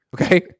okay